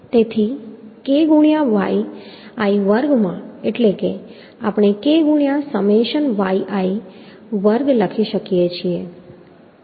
તેથી k ગુણ્યાં yi વર્ગમાં એટલે કે આપણે k ગુણ્યાં સમેશન yi વર્ગ લખી શકીએ છીએ